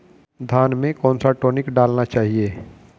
धान में कौन सा टॉनिक डालना चाहिए?